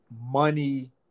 money